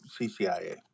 CCIA